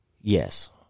yes